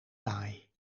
baai